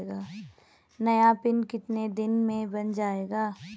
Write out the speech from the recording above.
नया पिन कितने दिन में बन जायेगा?